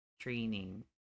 training